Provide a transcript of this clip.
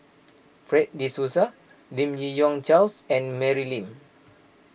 Fred De Souza Lim Yi Yong Charles and Mary Lim